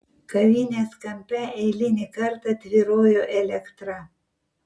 kavinės kampe eilinį kartą tvyrojo elektra